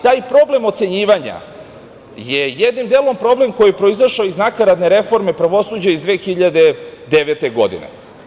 Taj problem ocenjivanja je jednim delom problem koji je proizašao iz nakaradne reforme pravosuđa iz 2009. godine.